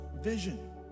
vision